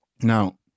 Now